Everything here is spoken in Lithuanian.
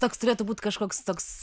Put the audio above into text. toks turėtų būt kažkoks toks